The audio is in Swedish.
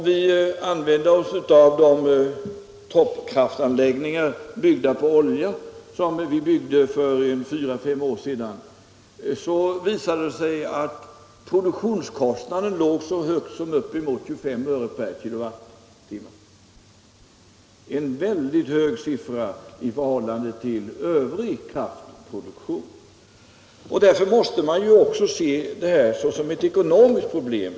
Vid användning av de oljedrivna toppkraftanläggningar som byggdes för 4-5 år sedan visade det sig att produktionskostnaden låg så högt som uppemot 25 öre per kilowattimme, en väldigt hög siffra i förhållande till vad som gäller för övrig kraftproduktion. Därför måste man också se detta som ett ekonomiskt problem.